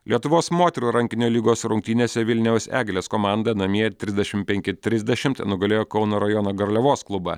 lietuvos moterų rankinio lygos rungtynėse vilniaus eglės komanda namie trisdešim penki trisdešimt nugalėjo kauno rajono garliavos klubą